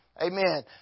Amen